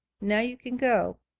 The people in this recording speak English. now you can go.